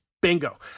Bingo